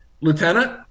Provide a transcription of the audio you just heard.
Lieutenant